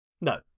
no